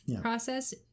process